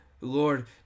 Lord